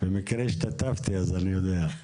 במקרה השתתפתי, אז אני יודע.